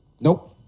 Nope